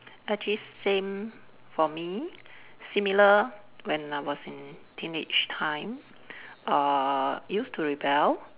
actually same for me similar when I was in teenage time err used to rebel